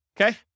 Okay